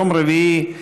יום רביעי,